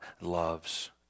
loves